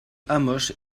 hamoche